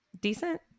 decent